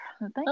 Thank